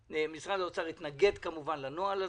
משרד האוצר כמובן התנגד לנוהל הזה,